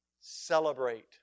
Celebrate